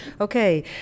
Okay